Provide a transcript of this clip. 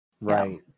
right